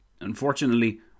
Unfortunately